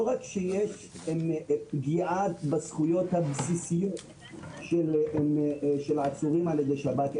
לא רק שיש פגיעה בזכויות הבסיסיות של העצורים האלה בשב"כ,